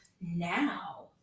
now